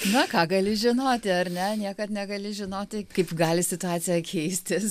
na ką gali žinoti ar ne niekad negali žinoti kaip gali situacija keistis